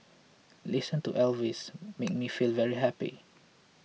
listening to Elvis makes me feel very happy